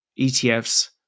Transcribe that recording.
ETFs